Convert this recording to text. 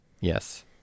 yes